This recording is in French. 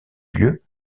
lieu